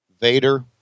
Vader